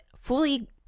fully